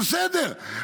בסדר,